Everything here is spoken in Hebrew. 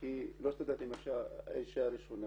כי לא הסתדרתי עם האישה הראשונה.